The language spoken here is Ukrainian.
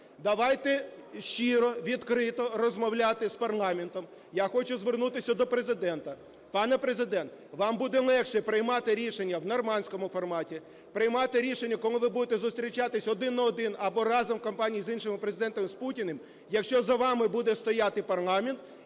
Давайте щиро, відкрито розмовляти з парламентом. Я хочу звернутися до Президента. Пане Президент, вам буде легше приймати рішення в "нормандському форматі", приймати рішення, коли ви будете зустрічатися один на один або разом в компанії з іншими президентами, з Путіним, якщо за вами буде стояти парламент